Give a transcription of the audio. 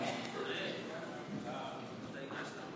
הסתייגות 36 לא נתקבלה.